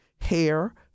hair